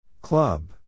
Club